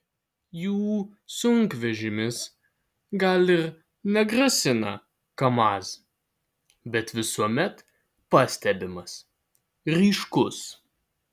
jų sunkvežimis gal ir negrasina kamaz bet visuomet pastebimas ryškus